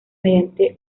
mediante